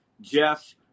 Jeff